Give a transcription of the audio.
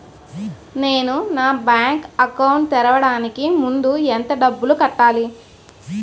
నేను నా bank account తెరవడానికి ముందు ఎంత డబ్బులు కట్టాలి?